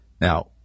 Now